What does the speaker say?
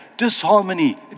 Disharmony